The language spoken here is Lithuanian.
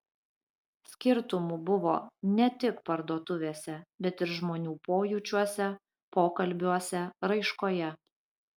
skirtumų buvo ne tik parduotuvėse bet ir žmonių pojūčiuose pokalbiuose raiškoje